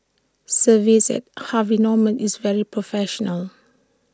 service at Harvey Norman is very professional